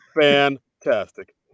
fantastic